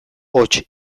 hots